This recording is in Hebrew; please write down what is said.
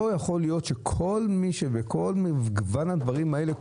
לא יכול להיות שכל אדם מכל מגוון הדברים האלה,